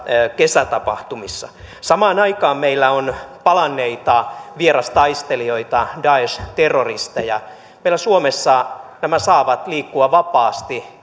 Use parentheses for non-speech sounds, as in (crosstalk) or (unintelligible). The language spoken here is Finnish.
kesätapahtumissa samaan aikaan meillä on palanneita vierastaistelijoita daesh terroristeja meillä suomessa nämä saavat liikkua vapaasti (unintelligible)